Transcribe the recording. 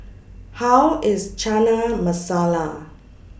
How IS Chana Masala